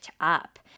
up